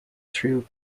through